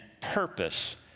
purpose